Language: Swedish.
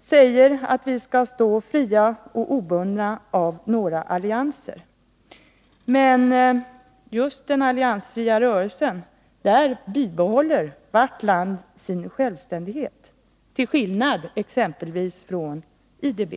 säger att vi skall stå fria och obundna av några allianser. Men inom den alliansfria rörelsen behåller varje land sin självständighet, vilket man inte gör som medlem i IDB.